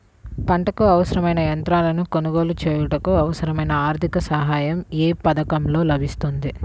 పంటకు అవసరమైన యంత్రాలను కొనగోలు చేయుటకు, అవసరమైన ఆర్థిక సాయం యే పథకంలో లభిస్తుంది?